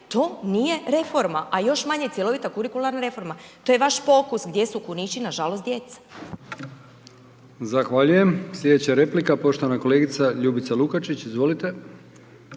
to nije reforma, a još manje cjelovita kurikularna reforma, to je vaš pokus gdje su kunići nažalost djeca. **Brkić, Milijan (HDZ)** Zahvaljujem. Sljedeća replika poštovana kolegica Ljubica Lukačić. Izvolite.